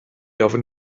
ofyn